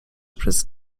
przez